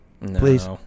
please